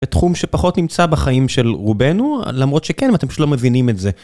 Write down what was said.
תחום שפחות נמצא בחיים של רובנו, למרות שכן, אם אתם פשוט לא מבינים את זה.